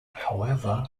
however